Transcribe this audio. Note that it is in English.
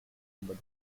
but